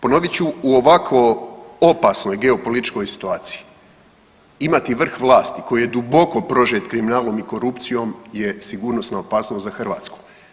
Ponovit ću, u ovakvo opasno geopolitičkoj situaciji imati vrh vlasti koji je duboko prožet kriminalom i korupcijom je sigurnosna opasnost za Hrvatsku.